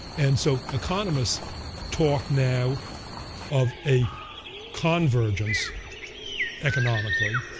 and so economists talk now of a convergence economically,